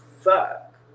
fuck